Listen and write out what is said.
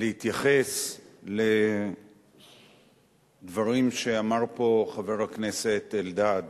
להתייחס לדברים שאמר פה חבר הכנסת אלדד.